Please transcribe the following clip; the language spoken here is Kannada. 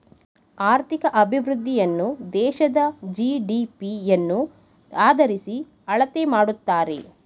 ಆರ್ಥಿಕ ಅಭಿವೃದ್ಧಿಯನ್ನು ದೇಶದ ಜಿ.ಡಿ.ಪಿ ಯನ್ನು ಆದರಿಸಿ ಅಳತೆ ಮಾಡುತ್ತಾರೆ